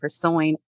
pursuing